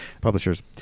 publishers